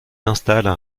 installent